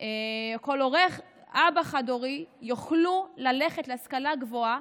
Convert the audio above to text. או כל אבא חד-הורי יוכלו ללכת להשכלה גבוהה,